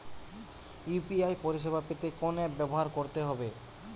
UPI পরিসেবা পেতে কোন অ্যাপ ব্যবহার করতে হবে?